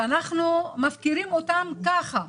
שאנחנו מפקירים אותם ככה.